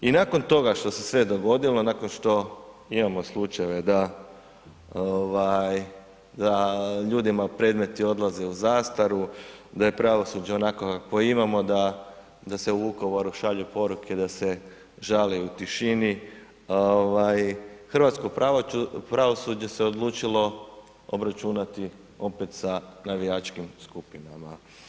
I nakon toga što se sve dogodilo, nakon što imamo slučajeve da ljudima predmeti odlaze u zastaru, da je pravosuđe onako kakvo imamo, da se u Vukovaru šalju poruke da se žali u tišini, hrvatskom pravosuđe se odlučilo obračunati opet sa navijačkim skupinama.